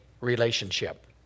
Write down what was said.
relationship